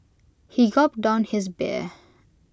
he gulped down his beer